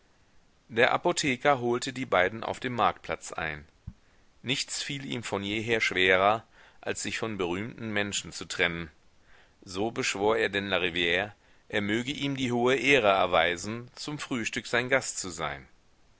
der apotheker holte die beiden auf dem marktplatz ein nichts fiel ihm von jeher schwerer als sich von berühmten menschen zu trennen so beschwor er denn larivire er möge ihm die hohe ehre erweisen zum frühstück sein gast zu sein